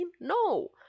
No